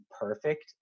perfect